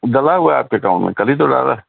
ڈلا ہوا ہے آپ کے اکاؤنٹ میں کل ہی تو ڈالا